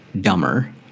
dumber